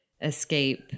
escape